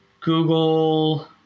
Google